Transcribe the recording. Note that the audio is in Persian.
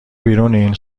بیرونین